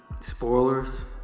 spoilers